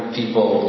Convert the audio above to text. people